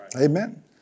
Amen